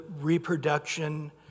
reproduction